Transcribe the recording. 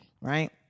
right